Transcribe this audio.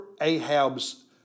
Ahab's